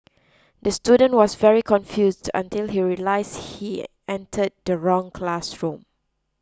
the student was very confused until he realised he entered the wrong classroom